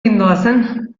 gindoazen